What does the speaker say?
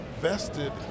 vested